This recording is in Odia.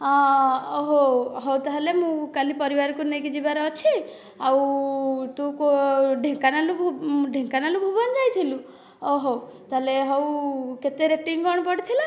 ଅଁ ହେଉ ହେଉ ତାହେଲେ ମୁଁ କଲି ପରିବାରକୁ ନେଇକି ଯିବାର ଅଛି ଆଉ ତୁ ଢେଙ୍କାନାଳରୁ ଭୁବନ ଯାଇଥିଲୁ ଅ ହେଉ ତାହେଲେ ହେଉ କେତେ ରେଟିଂ କ'ଣ ପଡ଼ିଥିଲା